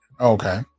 Okay